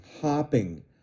hopping